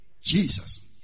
Jesus